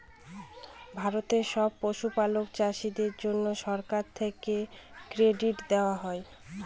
ভারতের সব পশুপালক চাষীদের জন্যে সরকার থেকে ক্রেডিট দেওয়া হয়